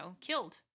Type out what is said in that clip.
killed